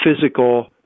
physical